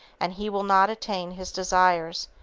and he will not attain his desires,